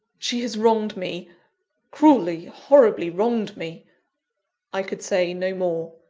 she has wronged me cruelly, horribly, wronged me i could say no more.